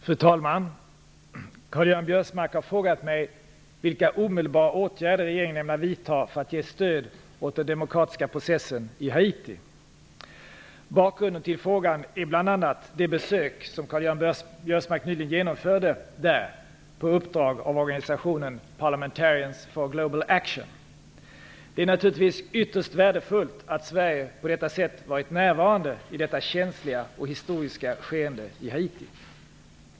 Fru talman! Karl-Göran Biörsmark har frågat mig vilka omedelbara åtgärder regeringen ämnar vidta för att ge stöd åt den demokratiska processen i Haiti. Bakgrunden till frågan är bl.a. det besök som Karl-Göran Biörsmark nyligen genomförde i Haiti på uppdrag av organisationen Parliamentarians for Global Action. Det är naturligtvis ytterst värdefullt att Sverige på detta sätt varit närvarande i detta känsliga och historiska skede för Haiti.